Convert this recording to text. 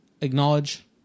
acknowledge